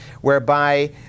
whereby